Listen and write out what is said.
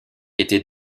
étaient